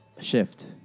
shift